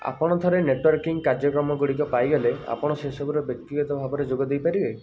ଆପଣ ଥରେ ନେଟ୍ୱର୍କିଂ କାର୍ଯ୍ୟକ୍ରମ ଗୁଡ଼ିକ ପାଇଗଲେ ଆପଣ ସେସବୁରେ ବ୍ୟକ୍ତିଗତ ଭାବରେ ଯୋଗ ଦେଇପାରିବେ